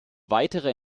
weiterer